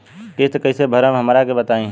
किस्त कइसे भरेम हमरा के बताई?